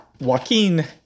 Joaquin